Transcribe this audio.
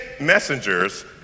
messengers